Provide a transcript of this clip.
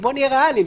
בואו נהיה ריאליים,